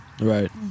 Right